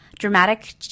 dramatic